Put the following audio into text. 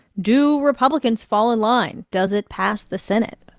do republicans fall in line? does it pass the senate?